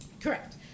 Correct